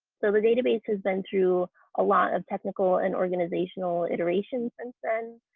so the database has been through a lot of technical and organizational iterations since then,